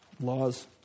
laws